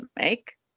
make